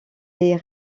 les